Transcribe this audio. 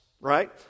right